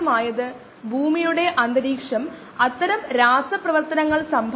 50 degree C മിക്ക സൂക്ഷ്മജീവികൾക്കും കൂടിയ താപനില ആണ്